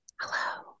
Hello